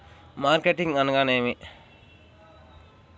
Marketing అనగానేమి?